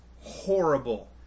horrible